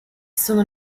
sono